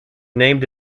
named